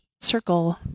circle